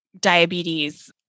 diabetes